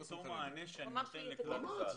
אותו מענה שאני נותן לכלל צה"ל.